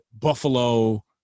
Buffalo